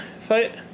Fight